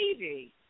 TV